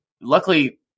luckily